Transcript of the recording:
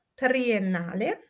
triennale